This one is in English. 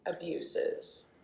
abuses